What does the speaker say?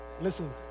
listen